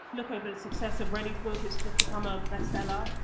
look at at the success of reni's book, has just become a bestseller.